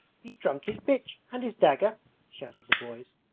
he's drunk his bitch, and his dagger shouted the boys,